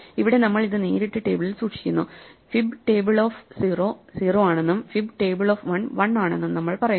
ഇവിടെ നമ്മൾ ഇത് നേരിട്ട് ടേബിളിൽ സൂക്ഷിക്കുന്നു fib ടേബിൾ ഓഫ് 0 0 ആണെന്നും fib ടേബിൾ ഓഫ് 1 1 ആണെന്നും നമ്മൾ പറയുന്നു